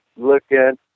Looking